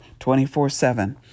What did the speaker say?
24-7